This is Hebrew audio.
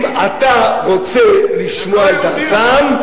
אם אתה רוצה לשמוע את דעתם,